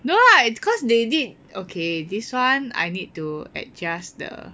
no lah it's cause they did okay this one I need to adjust the